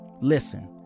listen